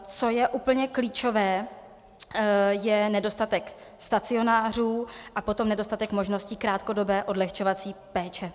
Co je úplně klíčové, je nedostatek stacionářů a potom nedostatek možností krátkodobé odlehčovací péče.